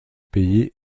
pays